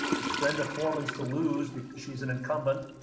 it's brenda forman's to lose because she's an incumbent.